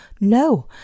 No